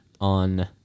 on